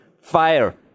fire